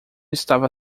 estava